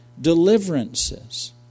deliverances